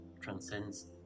transcends